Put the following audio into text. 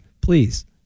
Please